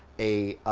a